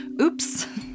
oops